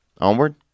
Onward